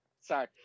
Sorry